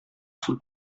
sul